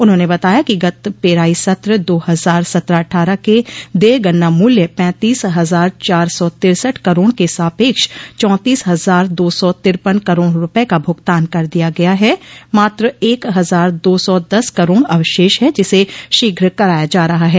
उन्होंने बताया कि गत पेराई सत्र दो हजार सत्रह अट्ठारह के देय गन्ना मूल्य पैंतीस हजार चार सौ तिरसठ करोड़ के सापेक्ष चौंतीस हजार दो सौ तिरपन करोड़ रूपये का भुगतान कर दिया गया है मात्र एक हजार दो सौ दस करोड़ अवशेष है जिसे शीघ्र कराया जा रहा है